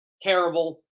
terrible